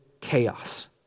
chaos